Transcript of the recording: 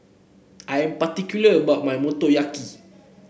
I am particular about my Motoyaki